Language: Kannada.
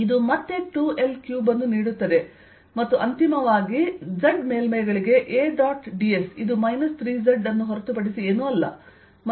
ಇದು ಮತ್ತೆ 2 L ಕ್ಯೂಬ್ ಅನ್ನು ನೀಡುತ್ತದೆ ಮತ್ತು ಅಂತಿಮವಾಗಿ z ಮೇಲ್ಮೈಗಳಿಗೆ A ಡಾಟ್ds ಇದು ಮೈನಸ್ 3z ಅನ್ನು ಹೊರತುಪಡಿಸಿ ಏನೂ ಅಲ್ಲ ಮತ್ತು ನೀವು dxdy ಹೊಂದಲಿದ್ದೀರಿ